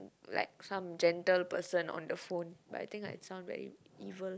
like some gentle person on the phone but I think I sound very evil